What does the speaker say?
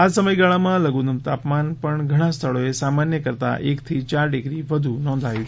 આજ સમયગાળામાં લઘુત્તમ તાપમાન પત્ર ધણાં સ્થળોએ સામાન્ય કરતાં એકથી યાર ડિગ્રી વધુ નોંધાયું છે